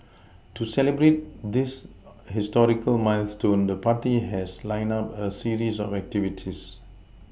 to celebrate this historical milestone the party has lined up a series of activities